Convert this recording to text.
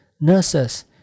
nurses